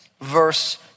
verse